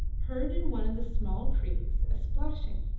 heard in one of the small creeks a splashing,